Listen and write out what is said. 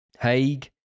Haig